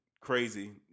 crazy